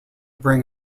bring